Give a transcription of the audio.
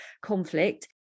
conflict